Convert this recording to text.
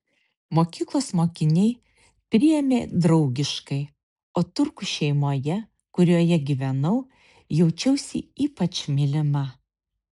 mokyklos mokiniai priėmė draugiškai o turkų šeimoje kurioje gyvenau jaučiausi ypač mylima